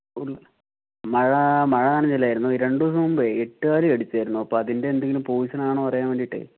മഴ മഴ നനഞ്ഞില്ലായിരുന്നു ഈ രണ്ടു ദിവസം മുമ്പ് എട്ടുകാലി കടിച്ചിരുന്നു അപ്പോൾ അതിൻ്റെ എന്തെങ്കിലും പോയ്സൺ ആണോ അറിയാൻ വേണ്ടിയിട്ട്